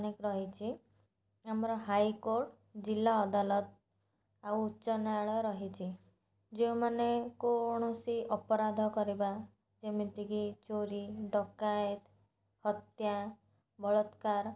ଅନେକ ରହିଛି ଆମର ହାଇକୋର୍ଟ ଜିଲ୍ଲା ଅଦାଲତ ଆଉ ଉଚ୍ଚ ନ୍ୟାୟାଳୟ ରହିଛି ଯେଉଁମାନେ କୌଣସି ଅପରାଧ କରିବା ଯେମିତି କି ଚୋରି ଡକାୟତ ହତ୍ୟା ବଳତ୍କାର